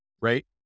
right